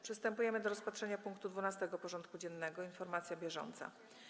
Przystępujemy do rozpatrzenia punktu 12. porządku dziennego: Informacja bieżąca.